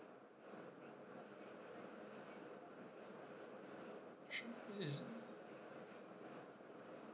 is